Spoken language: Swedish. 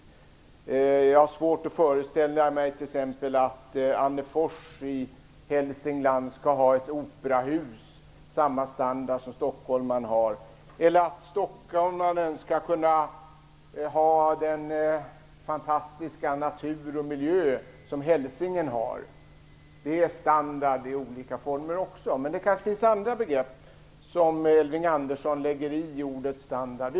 Jag har t.ex. svårt att föreställa mig att man i Annefors i Hälsingland skulle kunna ha ett operahus av samma standard som stockholmaren har eller att stockholmaren skall kunna ha den fantastiska natur och miljö som hälsingen har. Det är också standard i olika former, men det kanske finns andra begrepp som Elving Andersson lägger i ordet standard.